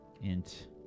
int